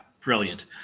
brilliant